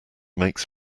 makes